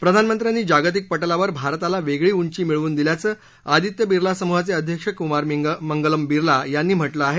प्रधानमंत्र्यांनी जागतिक पटलावर भारताला वेगळीच उंची मिळवून दिल्याचं आदित्य बिर्ला सम्हाचे अध्यक्ष क्मार मंगलम बिर्ला यांनी म्हटलं आहे